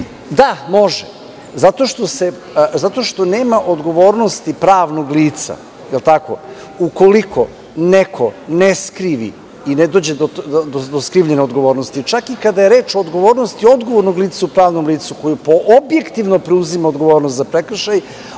Da, može zato što nema odgovornosti pravnog lica. Da li je tako? Ukoliko neko ne skrivi, ne dođe do skrivljene odgovornosti, čak i kada je reč o odgovornosti odgovornog lica u pravnom licu koji objektivno preuzima odgovornost za prekršaje,